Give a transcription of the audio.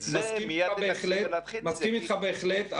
אני מסכים איתך בהחלט,